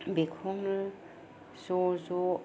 बेखौनो ज' ज'